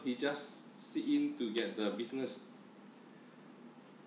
he just sit in to get the business